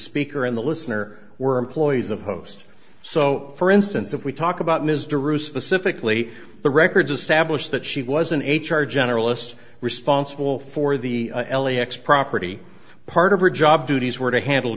speaker and the listener were employees of host so for instance if we talk about ms de roos specifically the records establish that she was an h r generalist responsible for the l e x property part of her job duties were to handle